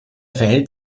verhält